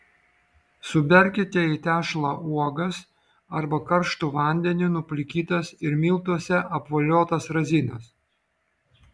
suberkite į tešlą uogas arba karštu vandeniu nuplikytas ir miltuose apvoliotas razinas